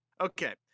Okay